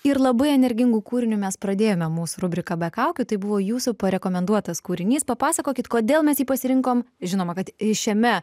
ir labai energingu kūriniu mes pradėjome mūsų rubriką be kaukių tai buvo jūsų parekomenduotas kūrinys papasakokit kodėl mes jį pasirinkom žinoma kad šiame